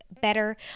better